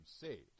saved